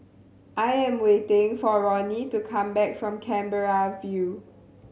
I am waiting for Ronnie to come back from Canberra View